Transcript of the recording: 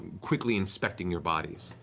quickly inspecting your bodies.